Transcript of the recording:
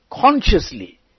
consciously